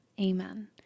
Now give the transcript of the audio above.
Amen